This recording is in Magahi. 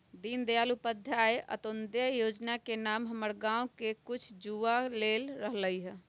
दीनदयाल उपाध्याय अंत्योदय जोजना के नाम हमर गांव के कुछ जुवा ले रहल हइ